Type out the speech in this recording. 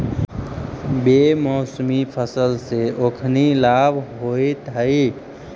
बेमौसमी फसल से ओखनी लाभ होइत हइ